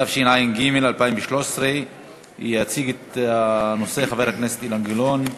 התשע"ג 2013. יציג את הנושא חבר הכנסת אילן גילאון,